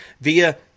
via